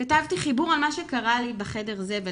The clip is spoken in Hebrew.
'כתבתי חיבור על מה שקרה לי בחדר זבל',